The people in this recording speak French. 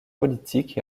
politique